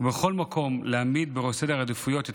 ובכל מקום להעמיד בראש סדר העדיפויות את